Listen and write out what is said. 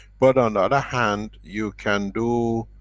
but on the other hand, you can do,